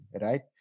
Right